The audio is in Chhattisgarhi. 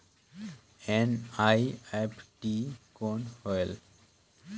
एन.ई.एफ.टी कौन होएल?